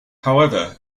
however